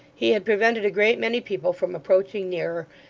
he had prevented a great many people from approaching nearer,